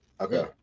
Okay